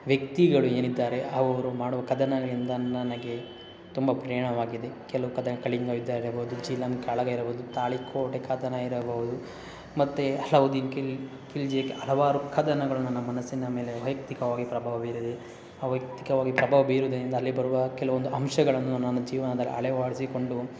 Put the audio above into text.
ವ್ಯಕ್ತಿಗಳು ಏನಿದ್ದಾರೆ ಅವರು ಮಾಡುವ ಕದನಗಳಿಂದ ನನಗೆ ತುಂಬ ಪ್ರೇರಣವಾಗಿದೆ ಕೆಲವು ಕದನ ಕಳಿಂಗ ಯುದ್ಧ ಆಗಿರ್ಬೋದು ಜೇಲಮ್ ಕಾಳಗ ಇರಬೋದು ತಾಳಿಕೋಟೆ ಕದನ ಇರಬಹುದು ಮತ್ತು ಅಲವುದಿನ್ ಕಿಲ್ ಖಿಲ್ಜಿ ಹಲವಾರು ಕದನಗಳು ನನ್ನ ಮನಸ್ಸಿನ ಮೇಲೆ ವೈಯಕ್ತಿಕವಾಗಿ ಪ್ರಭಾವ ಬೀರಿದೆ ಆ ವೈಯಕ್ತಿಕವಾಗಿ ಪ್ರಭಾವ ಬೀರುವುದರಿಂದ ಅಲ್ಲಿ ಬರುವ ಕೆಲವೊಂದು ಅಂಶಗಳನ್ನು ನಾನು ಜೀವನದಲ್ಲಿ ಆಳವಡ್ಸಿಕೊಂಡು